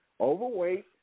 overweight